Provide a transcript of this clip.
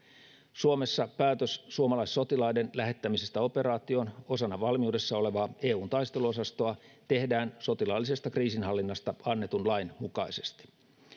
suomessa päätös suomalaissotilaiden lähettämisestä operaatioon osana valmiudessa olevaa eun taisteluosastoa tehdään sotilaallisesta kriisinhallinnasta annetun lain mukaisesti